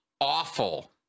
awful—